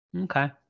Okay